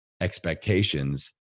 expectations